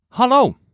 Hello